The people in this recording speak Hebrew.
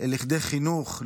לכדי חינוך,